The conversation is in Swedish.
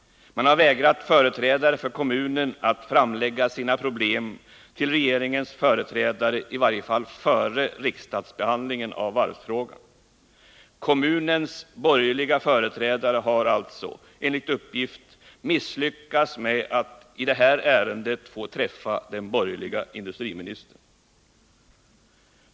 Man har vägrat företrädare för kommunen att framlägga sina problem för regeringens företrädare, i varje fall före riksdagsbehandlingen av varvsfrågan. Kommunens borgerliga företrädare har alltså enligt uppgift misslyckats med att i det här ärendet få träffa den borgerlige industriministern.